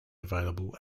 available